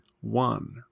one